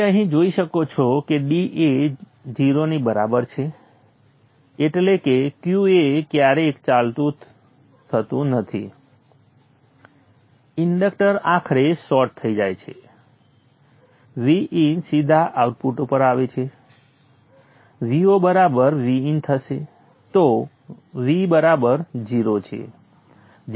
હવે અહીં જોઈ શકો છો કે d એ 0 ની બરાબર છે એટલે કે Q એ ક્યારેય ચાલુ થતું નથી ઇન્ડક્ટર આખરે શોર્ટ થઈ જાય છે Vin સીધા આઉટપુટ ઉપર આવે છે Vo બરાબર Vin થશે તો V બરાબર 0 છે